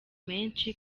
menshi